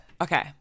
Okay